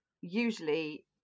usually